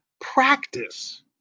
practice